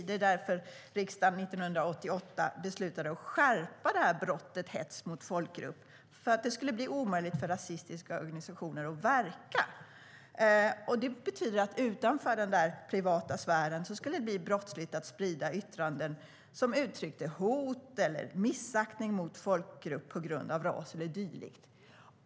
Det var därför riksdagen 1988 beslutade att skärpa synen på brottet hets mot folkgrupp för att det skulle bli omöjligt för rasistiska organisationer att verka. Det betyder att utanför den privata sfären ska det vara brottsligt att sprida yttranden som uttrycker hot och missaktning mot folkgrupp på grund av ras eller dylikt.